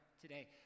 today